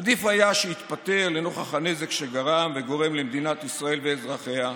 עדיף היה שיתפטר לנוכח הנזק שהוא גרם וגורם למדינת ישראל ואזרחיה,